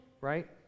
right